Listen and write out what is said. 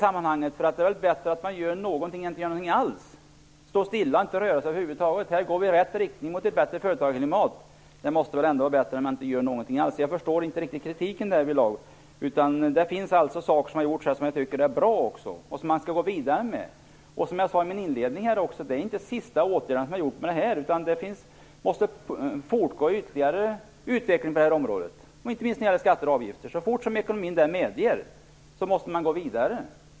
Det är väl bättre att man gör någonting än att man inte gör någonting alls utan står stilla och inte rör sig över huvud taget? Här går vi i rätt riktning mot ett bättre företagarklimat - det måste väl vara bättre än att ingenting göra? Jag förstår inte kritiken därvidlag. Det finns alltså saker man gjort som är bra och som man bör gå vidare med. Och som jag sade i min inledning är inte den sista åtgärden vidtagen i och med det här. Ytterligare utveckling måste fortgå på det här området, inte minst när det gäller skatter och avgifter. Så fort som ekonomin medger måste man gå vidare.